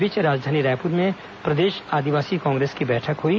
इस बीच राजधानी रायपुर में प्रदेश आदिवासी कांग्रेस की बैठक हुई